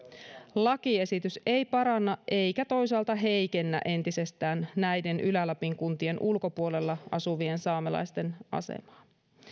lakiesitys ei paranna eikä toisaalta heikennä entisestään näiden ylä lapin kuntien ulkopuolella asuvien saamelaisten asemaa